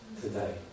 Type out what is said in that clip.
Today